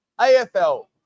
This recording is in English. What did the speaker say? afl